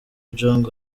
jong